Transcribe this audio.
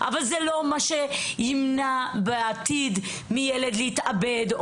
אבל זה לא מה שימנע בעתיד מילד להתאבד,